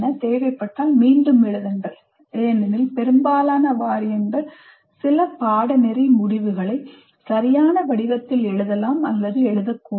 தேவைப்பட்டால் மீண்டும் எழுதுங்கள் ஏனெனில் பெரும்பாலான வாரியங்கள் சில பாடநெறி முடிவுகளை சரியான வடிவத்தில் எழுதலாம் அல்லது எழுதக்கூடாது